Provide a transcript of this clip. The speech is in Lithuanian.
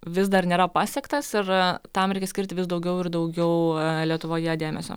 vis dar nėra pasiektas ir tam reikia skirti vis daugiau ir daugiau lietuvoje dėmesio